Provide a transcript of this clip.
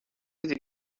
des